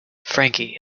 frankie